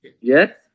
yes